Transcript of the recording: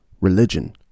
religion